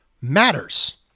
matters